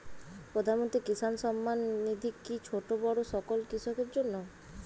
প্রধানমন্ত্রী কিষান সম্মান নিধি কি ছোটো বড়ো সকল কৃষকের জন্য?